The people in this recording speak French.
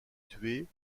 tués